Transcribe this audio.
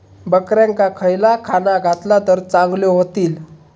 बकऱ्यांका खयला खाणा घातला तर चांगल्यो व्हतील?